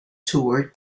tour